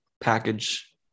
package